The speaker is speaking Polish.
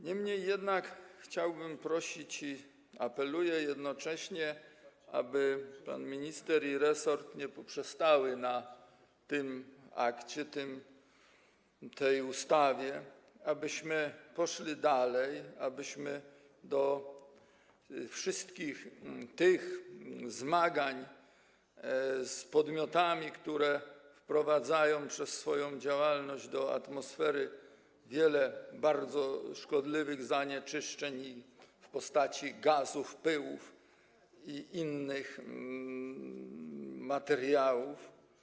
Niemniej jednak chciałbym prosić, apeluję o to, aby pan minister i resort nie poprzestali na tym akcie, na tej ustawie, abyśmy poszli dalej, abyśmy do wszystkich tych zmagać z podmiotami, które wprowadzają w wyniku swojej działalności do atmosfery wiele bardzo szkodliwych zanieczyszczeń w postaci gazów, pyłów i innych materiałów.